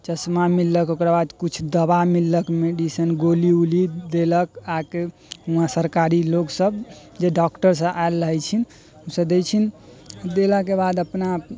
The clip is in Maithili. चश्मा मिललक ओकरा बाद किछु दवा मिललक मेडिसिन गोली ओली देलक आ कऽ वहाँ सरकारी लोकसभ जे डॉक्टरसभ आयल रहैत छै ओसभ दै छनि देलाके बाद अपना